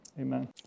Amen